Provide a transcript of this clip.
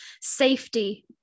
safety